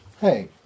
hey